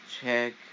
Check